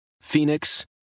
Phoenix